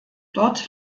dort